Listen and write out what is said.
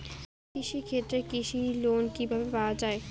কৃষি ক্ষেত্রে কৃষি লোন কিভাবে পাওয়া য়ায়?